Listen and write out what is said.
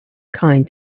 kind